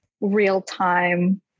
real-time